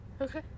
Okay